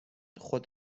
خود